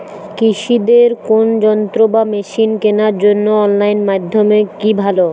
কৃষিদের কোন যন্ত্র বা মেশিন কেনার জন্য অনলাইন মাধ্যম কি ভালো?